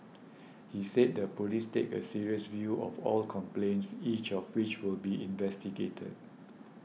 he said the police take a serious view of all complaints each of which will be investigated